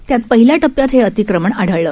त्यात पहिल्या टप्प्यात हे अतिक्रमण आढळलं